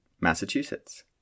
Massachusetts